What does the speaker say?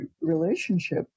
relationship